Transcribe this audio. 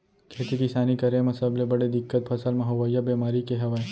खेती किसानी करे म सबले बड़े दिक्कत फसल म होवइया बेमारी के हवय